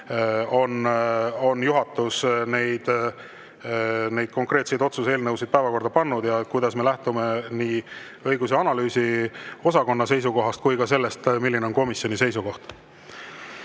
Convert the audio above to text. on juhatus neid konkreetseid otsuse eelnõusid päevakorda pannud ja kuidas me lähtume nii õigus‑ ja analüüsiosakonna seisukohast kui ka sellest, milline on komisjoni